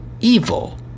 evil